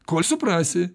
kol suprasi